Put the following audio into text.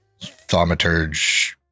Thaumaturge